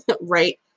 Right